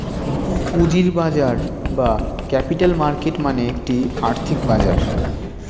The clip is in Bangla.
পুঁজির বাজার বা ক্যাপিটাল মার্কেট মানে একটি আর্থিক বাজার